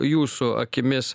jūsų akimis